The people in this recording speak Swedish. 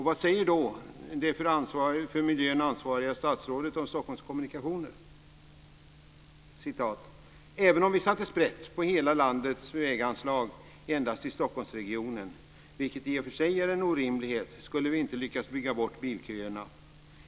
Vad säger då det för miljön ansvariga statsrådet om Stockholms kommunikationer? Så här säger Kjell Larsson i DN den 7 Även om vi satte sprätt på hela landets väganslag endast i Stockholmsregionen, vilket i och för sig är en orimlighet, skulle vi inte lyckas bygga bort bilköerna.